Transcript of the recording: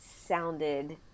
sounded